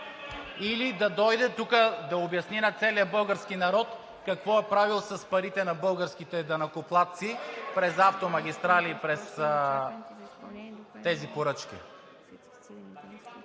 Или да дойде тук да обясни на целия български народ какво е правил с парите на българските данъкоплатци през „Автомагистрали“ и през тези поръчки.